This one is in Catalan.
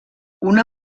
una